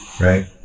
Right